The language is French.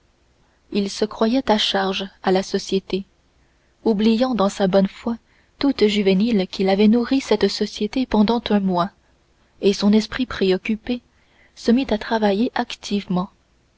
il se croyait à charge à la société oubliant dans sa bonne foi toute juvénile qu'il avait nourri cette société pendant un mois et son esprit préoccupé se mit à travailler activement